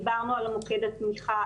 דיברנו על מוקד התמיכה,